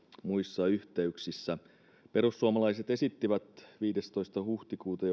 muissa yhteyksissä perussuomalaiset esittivät jo viidestoista huhtikuuta